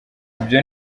ibyo